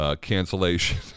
cancellation